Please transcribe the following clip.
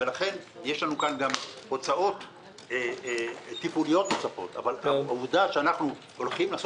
יש עוד מקומות עבודה פרט לשירות